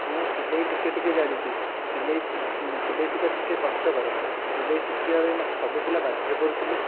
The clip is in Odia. ମୁଁ ସିଲେଇ ଟିକିଏ ଟିକିଏ ଜାଣିଛି ସିଲେଇ ସିଲେଇ ଶିଖିବା ଟିକିଏ କଷ୍ଟକର ସିଲେଇ ଶିଖିବା ପାଇଁ ମୋତେ ସବୁ ପିଲା ବାଧ୍ୟ କରୁଥିଲେ